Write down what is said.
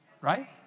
right